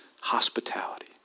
hospitality